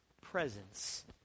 presence